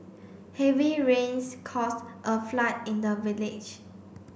heavy rains caused a flood in the village